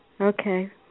okay